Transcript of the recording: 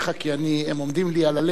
כי הם עומדים לי על הלב,